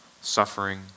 Suffering